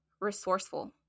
resourceful